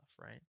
right